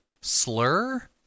slur